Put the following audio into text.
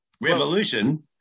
Revolution